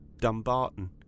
Dumbarton